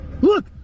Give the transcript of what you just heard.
Look